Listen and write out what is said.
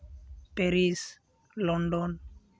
Paris London